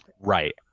Right